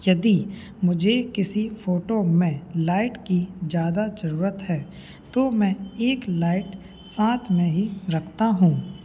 यदि मुझे किसी फोटो में लाइट की ज़्यादा ज़रूरत है तो मैं एक लाइट साथ में ही रखता हूँ